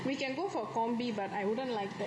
we can go for combi but I wouldn't like that